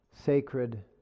sacred